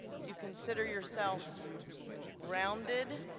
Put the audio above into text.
if you consider yourself grounded,